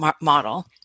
model